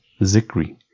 Zikri